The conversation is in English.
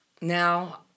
Now